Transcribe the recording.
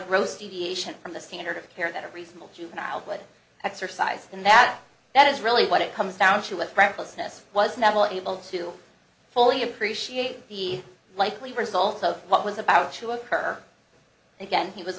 gross deviation from the standard of care that a reasonable juvenile good exercise in that that is really what it comes down to a friend closeness was natural able to fully appreciate the likely result of what was about to occur again he was